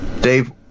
Dave